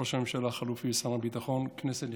ראש הממשלה החליפי ושר הביטחון, כנסת נכבדה,